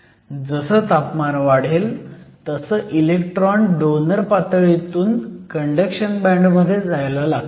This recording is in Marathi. जसं तापमान वाढेल तसं इलेक्ट्रॉन डोनर पातळीतून कंडक्शन बँड मध्ये जायला लागतात